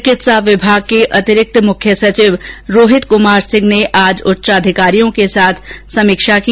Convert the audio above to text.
चिकित्सा विभाग के अतिरिक्त मुख्य सचिव रोहित कुमार सिंह ने आज उच्च अधिकारियों के साथ समीक्षा की